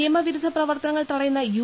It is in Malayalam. നിയമ വിരുദ്ധ പ്രവർത്തനങ്ങൾ തടയുന്ന യു